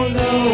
no